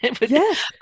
Yes